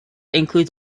include